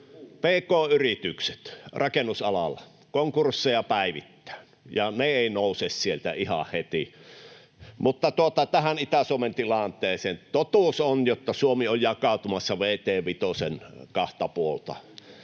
Pk-yritykset rakennusalalla — konkursseja päivittäin, ja ne eivät nouse sieltä ihan heti. Mutta tähän Itä-Suomen tilanteeseen: Totuus on, että Suomi on jakautumassa vt 5:n